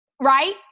right